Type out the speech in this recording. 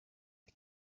the